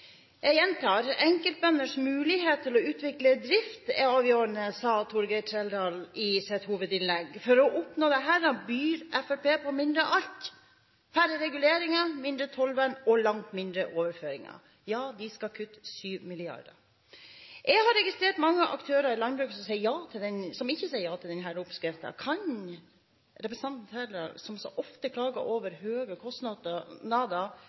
Jeg gjentar: Enkeltbønders mulighet til å utvikle drift er avgjørende, sa Torgeir Trældal i sitt hovedinnlegg. For å oppnå dette byr Fremskrittspartiet på mindre av alt: færre reguleringer, mindre tollvern, og langt mindre overføringer. Ja, de skal kutte 7 mrd. kr. Jeg har registrert mange aktører i landbruket som ikke sier ja til denne oppskriften. Kan representanten Trældal – som så ofte klager over høye kostnader